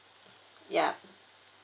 yup